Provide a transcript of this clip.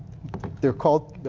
they were called,